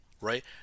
right